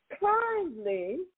Kindly